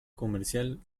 comercial